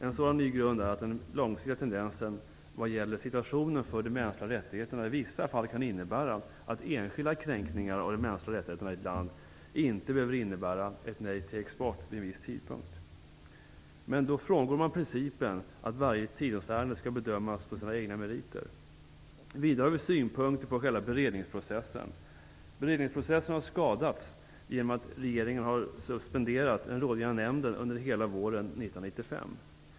En sådan ny grund är att den långsiktiga tendensen vad gäller situationen för de mänskliga rättigheterna i vissa fall kan innebära att enskilda kränkningar av de mänskliga rättigheterna i ett land inte behöver innebära ett nej till export vid en viss tidpunkt. Då frångår man principen att varje tillståndsärende skall bedömas på sina egna meriter. Vidare har vi synpunkter på själva beredningsprocessen. Beredningsprocessen har skadats genom att regeringen suspenderat den rådgivande nämnden under hela våren 1995.